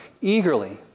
eagerly